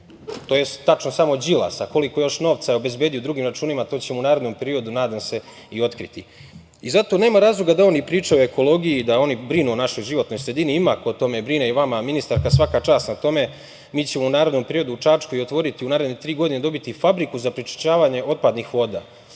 tj. tačno samo Đilas, a koliko još novca je obezbedio na drugim računima, to ćemo u narednom periodu nadam se i otkriti. Zato nema razloga da oni pričaju o ekologiji, da oni brinu o našoj životnoj sredini. Ima ko o tome brine i vama ministarka svaka čast na tome, mi ćemo u narednom periodu u Čačku otvoriti i u naredne tri godine dobiti i fabriku za prečišćavanje otpadnih voda. To